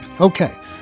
okay